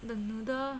the noodle